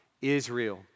Israel